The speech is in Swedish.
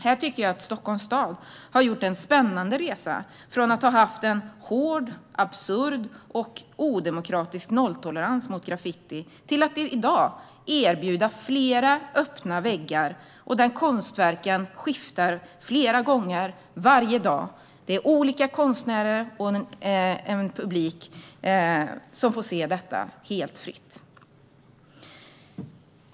Här tycker jag att Stockholms stad har gjort en spännande resa från att ha haft en hård, absurd och odemokratisk nolltolerans mot graffiti till att i dag erbjuda flera öppna väggar, där konstverken skiftar flera gånger varje dag. Det är olika konstnärer, och publiken får se detta helt fritt.